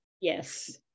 Yes